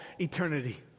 eternity